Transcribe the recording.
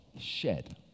shed